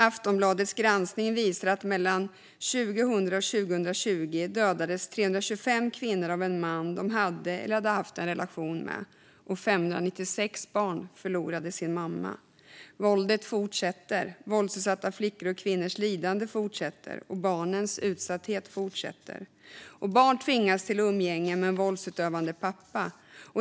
Aftonbladets granskning visar att mellan 2000 och 2020 dödades 325 kvinnor av en man de hade eller hade haft en relation med. 596 barn förlorade sin mamma. Våldet fortsätter. Våldsutsatta flickors och kvinnors lidande fortsätter. Barnens utsatthet fortsätter. Barn tvingas till umgänge med en våldsutövande pappa.